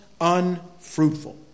unfruitful